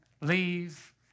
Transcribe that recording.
leave